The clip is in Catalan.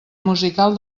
musical